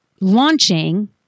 launching